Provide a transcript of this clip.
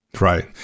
Right